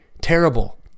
Terrible